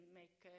make